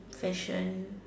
fashion